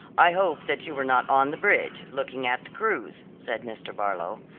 i hope that you were not on the bridge, looking at the crews, said mr. barlow.